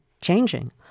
changing